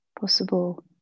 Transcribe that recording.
possible